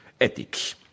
ethics